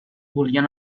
volien